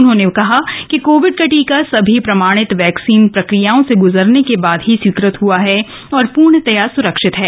उन्होंने बताया कि कोविड का टीका सभी प्रमाणित वैक्सीन प्रक्रियाओं से गुजरने के बाद ही स्वीकृत हुआ है और पूर्णतया सुरक्षित है